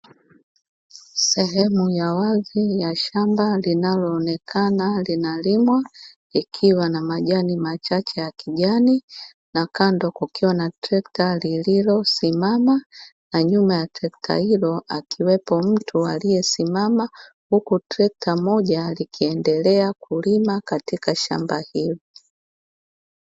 Sehemu ya wazi ya shamba linaloonekana linalimwa, likiwa na majani machache ya kijani, na kando kukiwa na trekta lililosimama, na nyuma ya trekta hilo akiwepo mtu, aliyesimama huku trekta moja likiendelea kulima katika shamba hilo.